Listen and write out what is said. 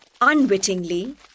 Unwittingly